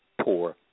poor